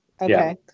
Okay